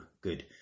good